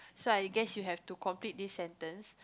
so I guess you have to complete this sentence